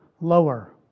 lower